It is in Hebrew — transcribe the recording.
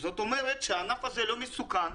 זאת אומרת שהענף הזה לא מסוכן.